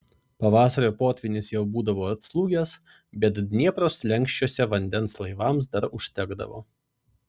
pavasario potvynis jau būdavo atslūgęs bet dniepro slenksčiuose vandens laivams dar užtekdavo